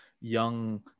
young